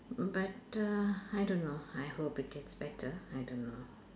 but uh I don't know I hope it gets better I don't know